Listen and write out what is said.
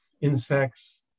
insects